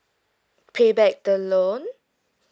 pay back the loan